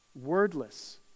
wordless